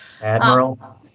Admiral